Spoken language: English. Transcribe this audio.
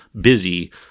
busy